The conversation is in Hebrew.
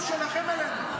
הוא שלכם אלינו.